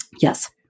Yes